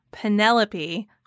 Penelope